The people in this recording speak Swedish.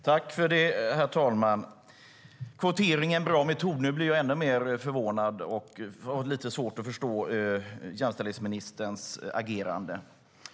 Herr talman! Statsrådet säger att kvotering är en bra metod. Nu blir jag ännu mer förvånad och har lite svårt att förstå jämställdhetsministerns agerande.